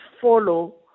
follow